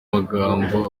magambo